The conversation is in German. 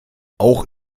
auch